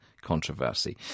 controversy